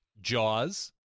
Jaws